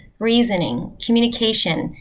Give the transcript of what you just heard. reasoning, communication,